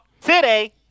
today